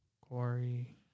Quarry